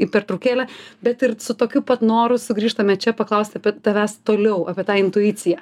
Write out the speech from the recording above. į pertraukėlę bet ir su tokiu pat noru sugrįžtame čia paklausti tavęs toliau apie tą intuiciją